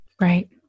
Right